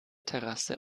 terrasse